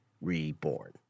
reborn